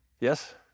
yes